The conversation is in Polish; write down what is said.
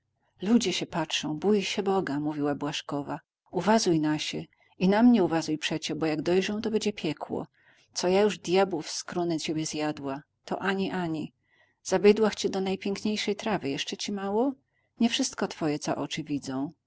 ludzie się patrzą bój się boga mówiła błażkowa uważaj na się i na mnie uwazuj przecie bo jak dojrzą to bedzie piekło co ja już dyabłów skróny ciebie zjadła to ani ani zawiedłach cię do najpiękniejszej trawy jeszcze ci mało nie wszystko twoje co oczy widzą